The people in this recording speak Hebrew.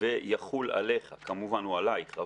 ויחול עליך או עלייך.